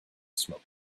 smoke